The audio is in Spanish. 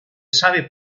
sabe